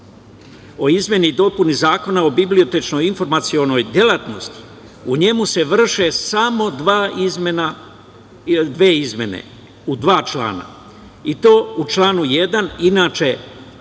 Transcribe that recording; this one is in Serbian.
o izmeni i dopuni Zakona o bibliotečko-informacionoj delatnosti, u njemu se vrše samo dve izmene, u dva člana i to u članu 1. inače